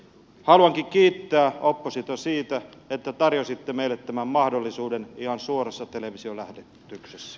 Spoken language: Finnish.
haluankin kiittää oppositiota siitä että tarjositte meille tämän mahdollisuuden ihan suorassa televisiolähetyksessä